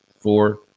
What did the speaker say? Four